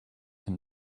him